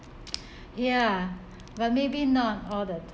ya but maybe not all the